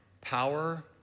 Power